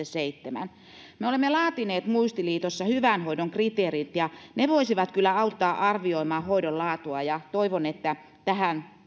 seitsemän me olemme laatineet muistiliitossa hyvän hoidon kriteerit ja ne voisivat kyllä auttaa arvioimaan hoidon laatua ja toivon että tähän